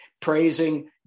praising